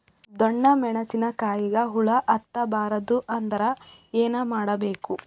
ಡೊಣ್ಣ ಮೆಣಸಿನ ಕಾಯಿಗ ಹುಳ ಹತ್ತ ಬಾರದು ಅಂದರ ಏನ ಮಾಡಬೇಕು?